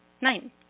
Nine